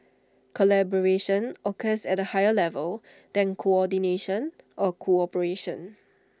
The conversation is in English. collaboration occurs at A higher level than coordination or cooperation